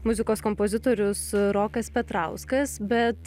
muzikos kompozitorius rokas petrauskas bet